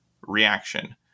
Reaction